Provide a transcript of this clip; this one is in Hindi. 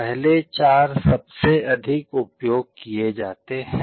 पहले चार सबसे अधिक उपयोग किए जाते हैं